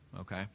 okay